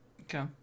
Okay